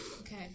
Okay